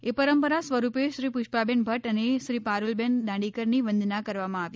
એ પરંપરા સ્વરૂપેશ્રી પુષ્પાબેન ભદ્દ અને શ્રી પારૂલબેન દાંડીકરની વંદના કરવામાં આવી